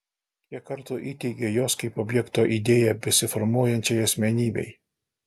kiek kartų įteigei jos kaip objekto idėją besiformuojančiai asmenybei